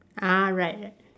ah right right